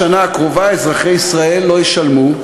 בשנה הקרובה אזרחי ישראל לא ישלמו,